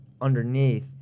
underneath